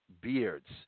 beards